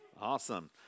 Awesome